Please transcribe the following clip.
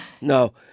No